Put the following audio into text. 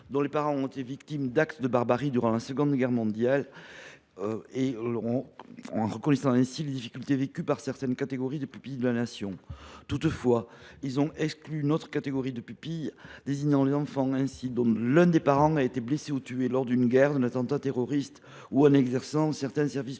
dont les parents ont été victimes d’actes de barbarie durant la Seconde Guerre mondiale, reconnaissant ainsi les difficultés vécues par certaines catégories de pupilles de la Nation. Toutefois, ils ont exclu une autre catégorie de pupilles, à savoir les enfants dont l’un des parents a été blessé ou tué lors d’une guerre, d’un attentat terroriste ou en exerçant certains services publics.